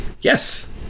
Yes